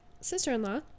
sister-in-law